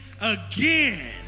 again